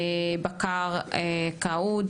בקר כעוד,